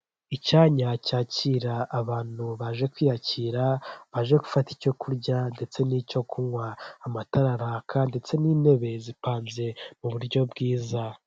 Icyanya cyakira abantu baje kwiyakira baje gufata icyo kurya ndetse n'icyo kunywa amatara araka ndetse n'intebe zipanze mu buryo bwiza.